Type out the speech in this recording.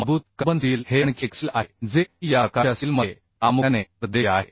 मजबूत carbon steel हे आणखी एक स्टील आहे जे या प्रकारच्या स्टीलमध्ये प्रामुख्याने परदेशी आहे